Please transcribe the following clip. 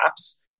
apps